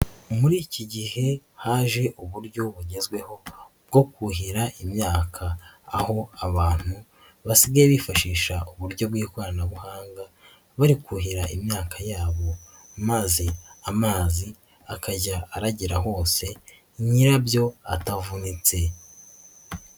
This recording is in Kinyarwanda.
Muri iki gihe haje uburyo bugezweho bwo kuhira imyaka, aho abantu basigaye bifashisha uburyo bw'ikoranabuhanga bari kuhira imyaka yabo maze amazi akajya aragera hose nyirabyo atavunitse.